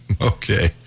Okay